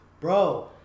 Bro